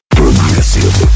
progressive